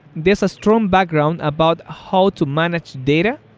there's a strong background about how to manage data